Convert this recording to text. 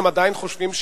והם עדיין חושבים,